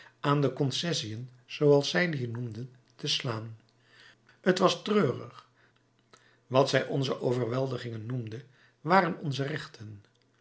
aan de concessiën zooals zij die noemde te slaan t was treurig wat zij onze overweldigingen noemde waren onze rechten